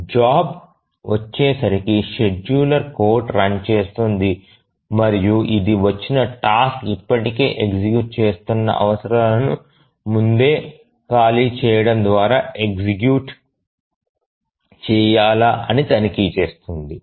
job వచ్చేసరికి scheduler code run చేస్తుంది మరియు ఇది వచ్చిన టాస్క్ ఇప్పటికే ఎగ్జిక్యూట్ చేస్తున్న అవసరాలను ముందే ఖాళీ చేయడం ద్వారా ఎగ్జిక్యూట్ చేయాల అని తనిఖీ చేస్తుంది